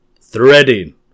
Threading